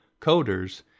coders